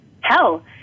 hell